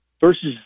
versus